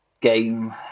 game